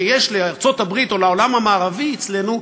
שיש לארצות-הברית או לעולם המערבי אצלנו,